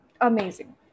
amazing